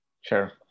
Sure